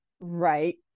Right